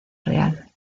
real